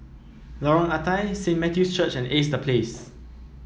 Lorong Ah Thia Saint Matthew's Church and Ace The Place